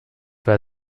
war